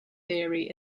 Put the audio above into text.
theory